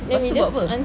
pastu buat [pe]